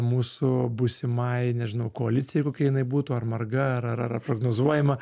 mūsų būsimai nežinau koalicijai kokia jinai būtų ar marga ar ar prognozuojama